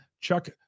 Chuck